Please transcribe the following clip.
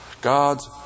God's